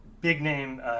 big-name